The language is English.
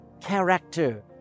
character